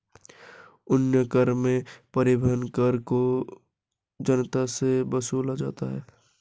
अन्य कर में परिवहन कर को जनता से वसूला जाता है